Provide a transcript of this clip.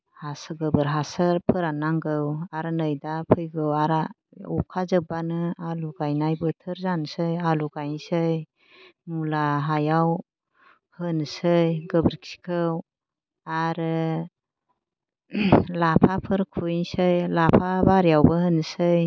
गोबोर हासार फोराननांगौ आरो नै दा फैगौ आरो अखा जोबानो आलु गायनाय बोथोर जानोसै आलु गायनोसै मुला हायाव फोनोसै गोबोरखिखौ आरो लाफाफोर खुबैसै लाफा बारियावबो होनोसै